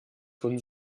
von